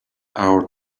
hour